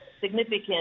significant